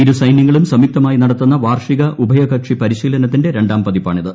ഇരു സൈനൃങ്ങളും സംയുക്തമായി നടത്തുന്ന വാർഷിക ഉഭയകക്ഷി പരിശീലനത്തിന്റെ രണ്ടാം പതിപ്പാണിത്